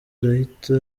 arahita